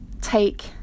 take